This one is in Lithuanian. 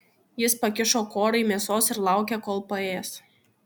jis pakišo korai mėsos ir laukė kol paės